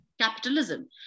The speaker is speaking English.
capitalism